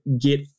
get